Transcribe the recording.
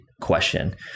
Question